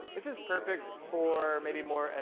this is perfect for, maybe more a,